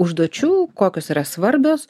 užduočių kokios yra svarbios